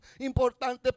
importante